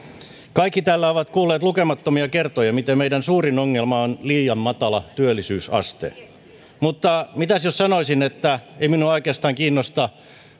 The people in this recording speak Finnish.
kaikki täällä ovat kuulleet lukemattomia kertoja miten meidän suurin ongelmamme on liian matala työllisyysaste mutta mitäs jos sanoisin että ei minua oikeastaan kiinnosta